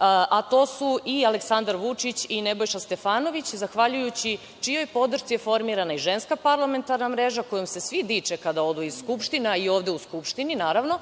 a to su i Aleksandar Vučić i Nebojša Stefanović, zahvaljujući čijoj podršci je formirana Ženska parlamentarna mreža, a kojom se svi diče kada odu iz Skupštine i ovde u Skupštini, naravno.